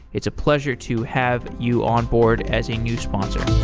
it's a pleasure to have you onboard as a new sponsor